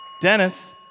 Dennis